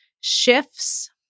shifts